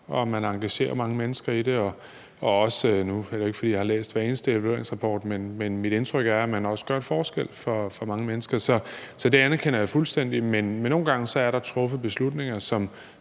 at man engagerer mange mennesker i det. Nu er det jo ikke, fordi jeg har læst hver eneste evalueringsrapport, men mit indtryk er, at man også gør en forskel for mange mennesker. Så det anerkender jeg fuldstændig. Men nogle gange er der truffet beslutninger,